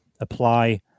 apply